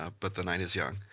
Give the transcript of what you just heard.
ah but the night is young.